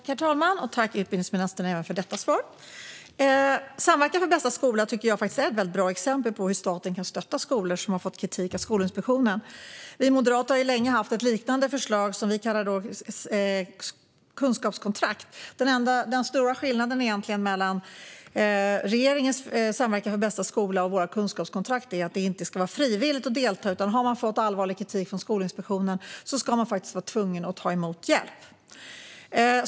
Herr talman! Tack, utbildningsministern, även för detta svar! Samverkan för bästa skola tycker jag är ett bra exempel på hur staten kan stötta skolor som fått kritik av Skolinspektionen. Vi moderater har länge haft ett liknande förslag, som vi kallar kunskapskontrakt. Den stora skillnaden mellan regeringens Samverkan för bästa skola och våra kunskapskontrakt är att vi vill att det inte ska vara frivilligt att delta: Har man fått allvarlig kritik från Skolinspektionen ska man vara tvungen att ta emot hjälp.